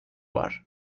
var